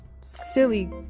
silly